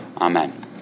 Amen